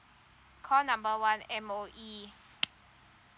call number one M_O_E